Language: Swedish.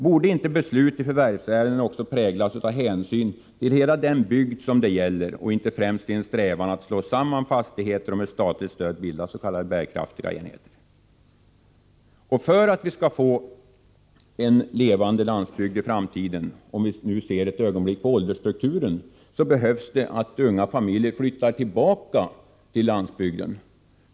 Borde inte beslut i förvärvsärenden också präglas av hänsyn till hela den bygd som det gäller och inte främst av en strävan att slå samman fastigheter och med statligt stöd bilda s.k. bärkraftiga enheter? För att vi skall få en levande landsbygd i framtiden — om vi nu ett ögonblick även ser till åldersstrukturen — behövs det att unga familjer flyttar tillbaka till landsbygden.